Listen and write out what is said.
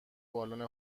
بالن